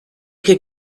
could